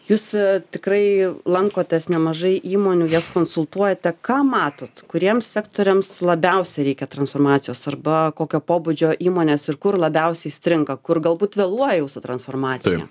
jūs tikrai lankotės nemažai įmonių jas konsultuojate ką matot kuriems sektoriams labiausiai reikia transformacijos arba kokio pobūdžio įmonės ir kur labiausiai stringa kur galbūt vėluoja jūsų transformacija